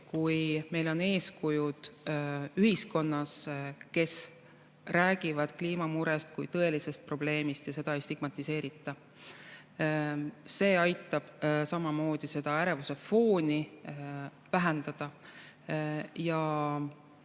kui meil on ühiskonnas eeskujud, kes räägivad kliimamurest kui tõelisest probleemist ja seda ei stigmatiseerita. See aitab samamoodi ärevuse fooni vähendada. Ja